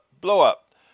blow-up